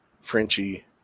Frenchie